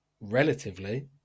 relatively